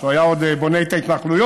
כשהוא היה עוד בונה את ההתנחלויות,